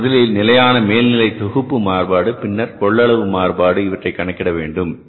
அதற்கு முதலில் நிலையான மேல்நிலை தொகுப்பு மாறுபாடு பின்னர் கொள்ளளவு மாறுபாடு இவற்றை கணக்கிட வேண்டும்